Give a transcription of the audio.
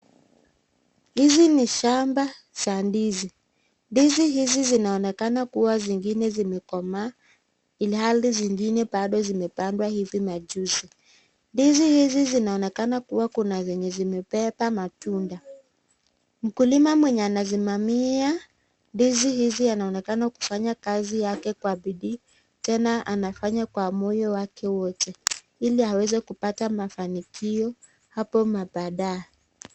Hizi ni shamba za ndizi. Ndizi hizi zinaonekana zingine zimekomaa ilhali zingine bado zimepandwa hivi majuzi. Ndizi hizi zinzonekana kuwa kuna zenye zimebeba matunda. Mkulima mwenye anasimamia ndizi hizi anaonekana kufanya kazi yake kwa bidii tena anafanya kwa moyo wake wote ili aweze kupata mafanikio hapo mabadae .